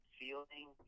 feeling